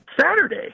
Saturday